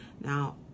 Now